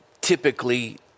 typically